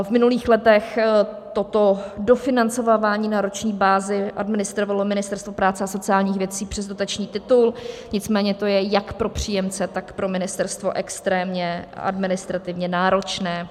V minulých letech toto dofinancovávání na roční bázi administrovalo Ministerstvo práce a sociálních věcí přes dotační titul, nicméně to je jak pro příjemce, tak pro ministerstvo extrémně administrativně náročné.